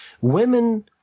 women